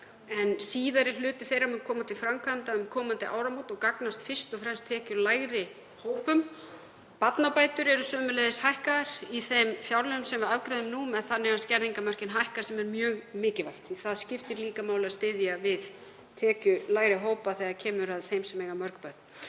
en síðari hluti þeirra mun koma til framkvæmda um komandi áramót og gagnast fyrst og fremst tekjulægri hópum. Barnabætur eru sömuleiðis hækkaðar í þeim fjárlögum sem við afgreiðum nú. Skerðingarmörkin hækka sem er mjög mikilvægt því að það skiptir líka máli að styðja við tekjulægri hópa þegar kemur að þeim sem eiga mörg börn.